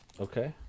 Okay